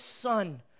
Son